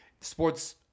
Sports